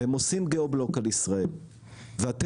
והם עושים geoblock על ישראל והם